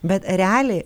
bet realiai